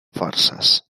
forces